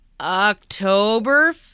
October